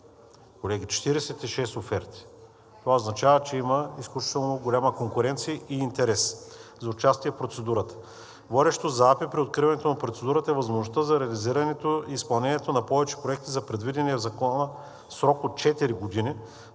Колеги, 46 оферти! Това означава, че има изключително голяма конкуренция и интерес за участие в процедурата. Водеща за АПИ при откриването на процедурата е възможността за реализирането и изпълнението на повече проекти за предвидения в Закона срок от 4 години,